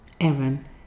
Aaron